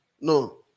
No